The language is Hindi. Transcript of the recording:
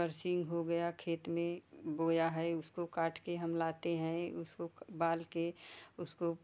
बरसिंह हो गया खेत में बोया है उसको काट के हम लाते हैं उसको बाल के उसको